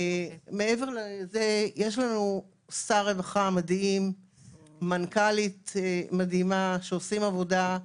יש שר רווחה מדהים ומנכ"לית מדהימה שעושים עבודה.